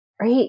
right